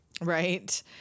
Right